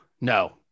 No